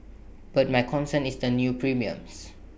but my concern is the new premiums